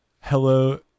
Hello